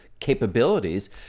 capabilities